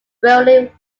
rarely